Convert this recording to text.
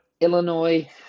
Illinois